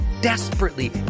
desperately